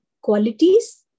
qualities